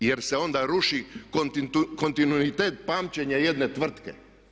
Jer se onda ruši kontinuitet pamćenja jedne tvrtke.